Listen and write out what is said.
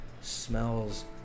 smells